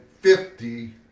fifty